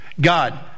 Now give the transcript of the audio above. God